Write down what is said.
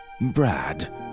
Brad